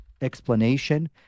explanation